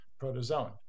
protozoan